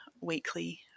weekly